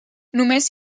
només